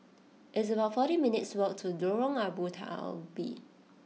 it's about forty minutes' walk to Lorong Abu Talib